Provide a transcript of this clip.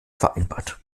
vereinbart